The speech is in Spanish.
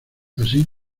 así